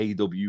AW